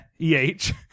E-H